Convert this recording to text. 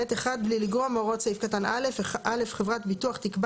"(ב)(1) בלי לגרוע מהוראות סעיף קטן (א) חברת ביטוח תקבע